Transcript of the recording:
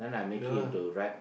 yeah lah